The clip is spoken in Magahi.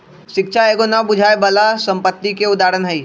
शिक्षा एगो न बुझाय बला संपत्ति के उदाहरण हई